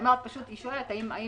היא פשוט שואלת האם היא